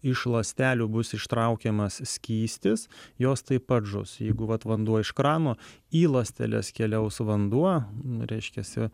iš ląstelių bus ištraukiamas skystis jos taip pat žus jeigu vat vanduo iš krano į ląsteles keliaus vanduo reiškiasi